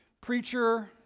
preacher